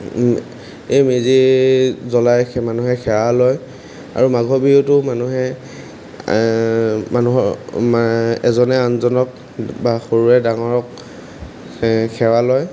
এই মেজি জ্বলাই মানুহে সেৱা লয় আৰু মাঘৰ বিহুতো মানুহে মানুহৰ এজনে আনজনক বা সৰুৱে ডাঙৰক সেৱা লয়